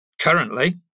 currently